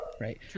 Right